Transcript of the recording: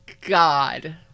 God